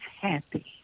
happy